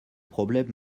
problème